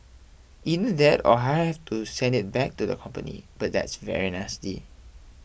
either that or I have to send it back to the company but that's very nasty